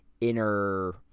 inner